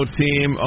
team